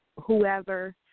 whoever